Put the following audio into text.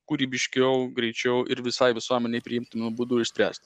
kūrybiškiau greičiau ir visai visuomenei priimtinu būdu išspręsti